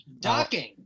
Docking